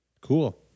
Cool